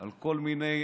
על כל מיני